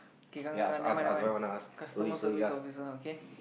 K come come come never mind never mind customer service officer okay